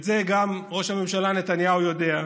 את זה גם ראש הממשלה נתניהו יודע,